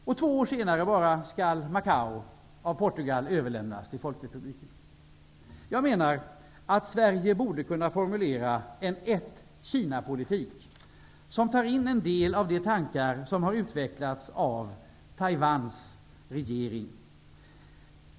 Bara två år senare skall Jag menar att Sverige borde kunna formulera en politik om ett Kina som tar in en del av de tankar som har utvecklats av Taiwans regering.